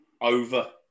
Over